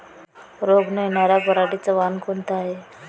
रोग न येनार पराटीचं वान कोनतं हाये?